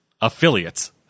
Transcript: Affiliates